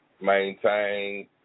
maintain